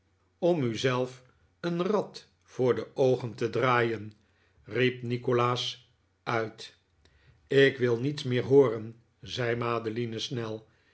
om u zelf een rad voor de oogen te draaien riep nikolaas uit ik wil niets meer hooren zei madeline snel